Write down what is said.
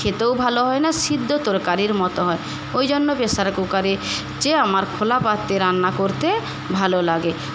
খেতেও ভালো হয় না সিদ্ধ তরকারির মতো হয় ওইজন্য প্রেশার কুকারের চেয়ে আমার খোলা পাত্রে রান্না করতে ভালো লাগে